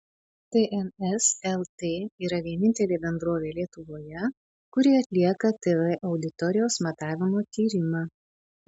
tns lt yra vienintelė bendrovė lietuvoje kuri atlieka tv auditorijos matavimo tyrimą